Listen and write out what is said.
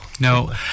No